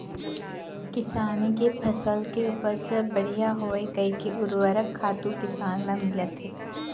किसानी के फसल के उपज ह बड़िहा होवय कहिके उरवरक खातू किसान ल मिलत हे